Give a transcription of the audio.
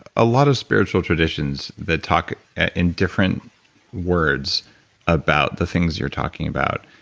a lot of spiritual traditions that talk in different words about the things you're talking about.